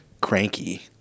cranky